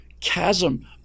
chasm